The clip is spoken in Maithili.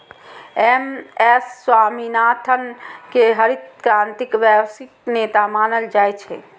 एम.एस स्वामीनाथन कें हरित क्रांतिक वैश्विक नेता मानल जाइ छै